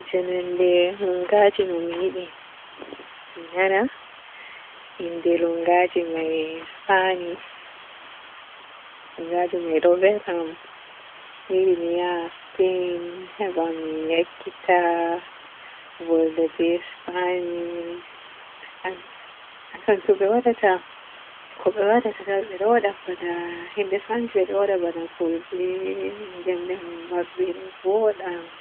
Janande hunngaji no mi yiɗi mi nana innde lunngaji may spanish. Lunngaji may ɗo vela am. Mi yiɗi mi ya Spain heba mi ekkita volde be spanish an ankam to be waadatam ko be waadata tan be ɗo waada bana himɓe sanjuway ɗo waada bana fulbe. Gemden maɓɓeɗo vooda am.